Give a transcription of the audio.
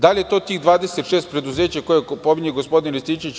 Da li je to tih 26 preduzeća koje pominje gospodin Rističević?